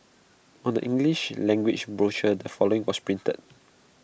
on the English language brochure the following was printed